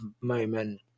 moment